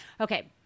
Okay